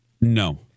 No